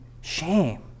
shame